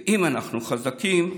ואם אנחנו חזקים,